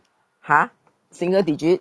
!huh! single digit